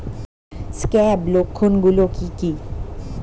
Scab লক্ষণ গুলো কি কি?